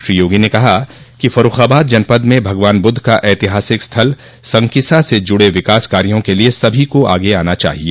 श्री योगी ने कहा कि फ़र्र्रख़ाबाद जनपद में भगवान बुद्ध का ऐतिहासिक स्थल संकिसा से जुड़े विकास कार्यों के लिए सभी को आगे आना चाहिए